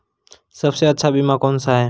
सबसे अच्छा बीमा कौनसा है?